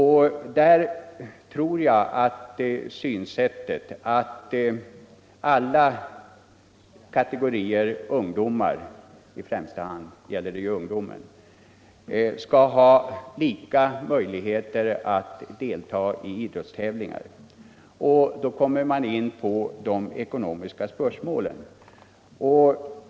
Här råder ju det synsättet att alla kategorier ungdomar — främst gäller det ju ungdomen =— skall ha lika möjligheter att delta i idrottstävlingar, och då kommer man in på de ekonomiska spörsmålen.